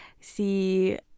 see